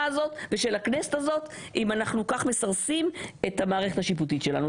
הזאת ושל הכנסת הזאת אם אנחנו כך מסרסים את המערכת השיפוטית שלנו,